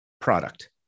product